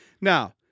Now